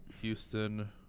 Houston